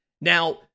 Now